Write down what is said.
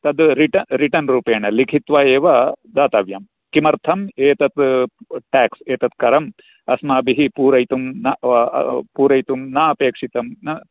तत् return return रूपेण लिखित्वा एव दातव्यं किमर्थं एतत् टाक्स् एतत् करं अस्माभिः पूरयितुं न पूरयितुं न अपेक्षितं न